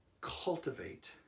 Cultivate